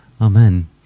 amen